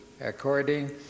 according